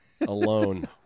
alone